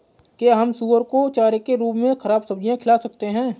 क्या हम सुअर को चारे के रूप में ख़राब सब्जियां खिला सकते हैं?